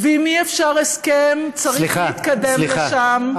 ואם אי-אפשר הסכם, צריך להתקדם לשם.